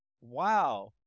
Wow